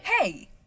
Hey